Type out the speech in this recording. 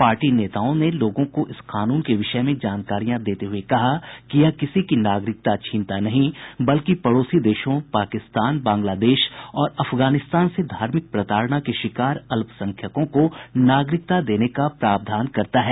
party नेताओं ने लोगों को इस कानून के विषय में जानकारियां देते हुए कहा कि यह किसी की नागरिकता छीनता नहीं बल्कि पड़ोसी देशों पाकिस्तान बांग्लादेश और अफगानिस्तान से धार्मिक प्रताड़ना के शिकार अल्पसंख्यकों को नागरिकता देने का प्रावधान करता है